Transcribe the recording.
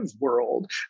world